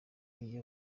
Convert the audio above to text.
iyo